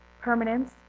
permanence